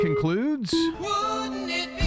concludes